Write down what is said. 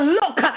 look